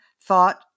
thought